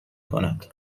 کند